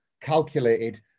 calculated